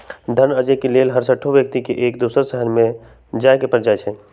धन अरजे के लेल हरसठ्हो व्यक्ति के एक दोसर के शहरमें जाय के पर जाइ छइ